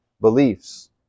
beliefs